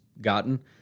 gotten